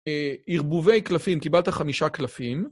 אה, ערבובי קלפים, קיבלת חמישה קלפים.